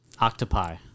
Octopi